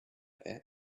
that